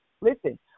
Listen